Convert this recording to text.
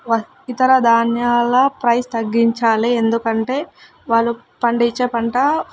వ ఇతర ధాన్యాల ప్రైస్ తగ్గించాలి ఎందుకంటే వాళ్ళు పండించే పంట